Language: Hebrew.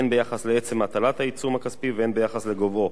הן ביחס לעצם הטלת העיצום הכספי והן ביחס לגובהו.